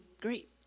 Great